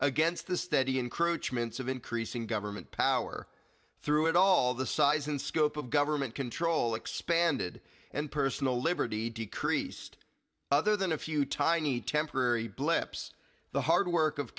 against the steady encroachments of increasing government power through it all the size and scope of government control expanded and personal liberty decreased other than a few tiny temporary blips the hard work of